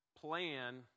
plan